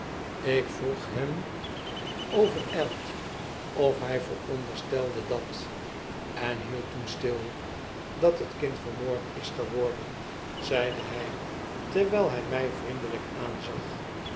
tevermoeden ikvroeg hem overgld of hg veronderstelde dat en hield toen stil dat het kind vermoord is geworden zeide ng terwgl hi mij vriendelgk aanzag